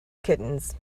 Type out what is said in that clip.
kittens